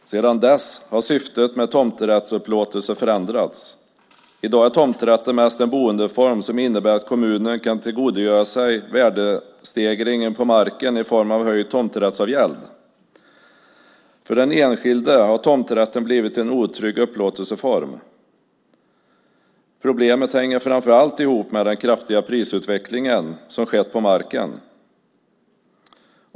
Sedan dess har syftet med tomträttsupplåtelser förändrats. I dag är tomträtten mest en boendeform som innebär att kommunerna kan tillgodogöra sig värdestegringen på marken i form av höjd tomträttsavgäld. För den enskilde har tomträtten blivit en otrygg upplåtelseform. Problemet hänger framför allt ihop med den kraftiga prisutveckling som skett när det gäller marken.